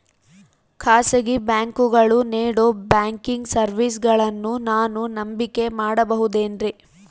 ಖಾಸಗಿ ಬ್ಯಾಂಕುಗಳು ನೇಡೋ ಬ್ಯಾಂಕಿಗ್ ಸರ್ವೇಸಗಳನ್ನು ನಾನು ನಂಬಿಕೆ ಮಾಡಬಹುದೇನ್ರಿ?